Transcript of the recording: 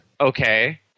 Okay